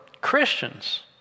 Christians